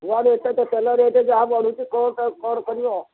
ନୂଆ ରେଟ୍ ତ ତେଲ ରେଟ୍ ଯାହା ବଢ଼ୁଛି କ'ଣ ତାକୁ କ'ଣ କରିବ